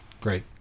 Great